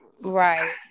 Right